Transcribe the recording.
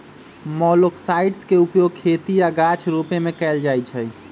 मोलॉक्साइड्स के उपयोग खेती आऽ गाछ रोपे में कएल जाइ छइ